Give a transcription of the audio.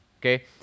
Okay